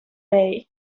bay